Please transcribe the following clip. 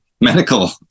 medical